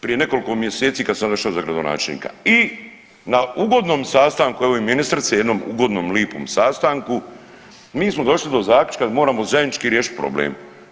Prije nekoliko mjeseci kad sam došao za gradonačelnika i na ugodnom sastanku, evo i ministrice, jednom ugodnom lipom sastanku, mi smo došli do zaključka da moramo zajednički riješiti problem.